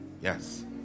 Yes